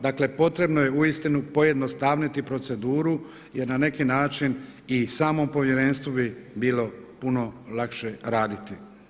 Dakle potrebno je uistinu pojednostavniti proceduru jer na neki način i samom povjerenstvu bi bilo puno lakše raditi.